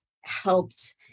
helped